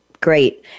Great